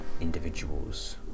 individuals